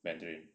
mandarin